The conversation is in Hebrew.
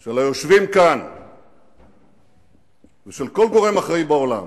של היושבים כאן ושל כל גורם אחראי בעולם